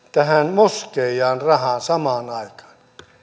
moskeijaan rahaa